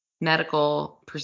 medical